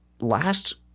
last